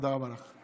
תודה רבה לך.